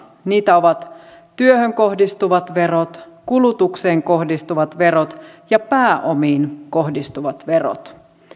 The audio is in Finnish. niitä ovat työhön kohdistuvat verot kulutukseen kohdistuvat verot ja pääomiin kohdistuvat verot